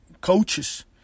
coaches